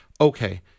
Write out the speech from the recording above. Okay